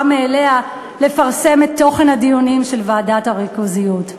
מאליה לפרסם את תוכן הדיונים של ועדת הריכוזיות.